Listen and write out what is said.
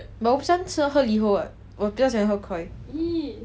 but 我不喜欢喝 LiHO [what] 我比较喜欢喝 Koi